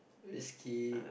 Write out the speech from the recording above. whiskey